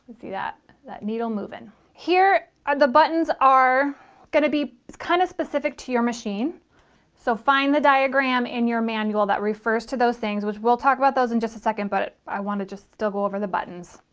see that that needle move in here are the buttons are going to be kind of specific to your machine so find the diagram in your manual that refers to those things which we'll talk about those in just a second but i want to just still go over the buttons.